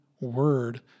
Word